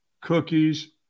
cookies